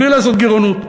בלי לעשות גירעונות.